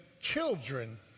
children